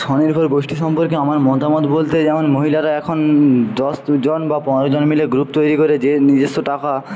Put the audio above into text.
স্বনির্ভর গোষ্ঠী সম্পর্কে আমার মতামত বলতে যেমন মহিলারা এখন দশ জন বা পনেরো জন মিলে গ্রুপ তৈরি করে যে নিজস্ব টাকা